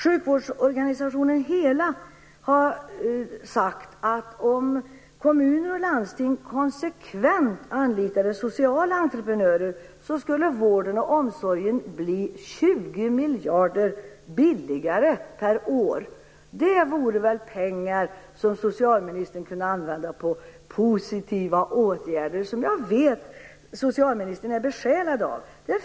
Sjukvårdsorganisationen HELA har sagt att vården och omsorgen skulle bli 20 miljarder billigare per år om kommuner och landsting konsekvent anlitade sociala entreprenörer. Det är väl pengar som socialministern skulle kunna använda till positiva åtgärder. Jag vet att socialministern är besjälad av detta.